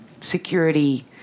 security